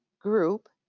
group